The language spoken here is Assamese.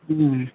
ওম